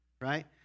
right